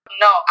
no